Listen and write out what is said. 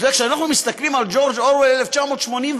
כשאנחנו מסתכלים על ג'ורג' אורוול, "1984",